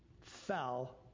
fell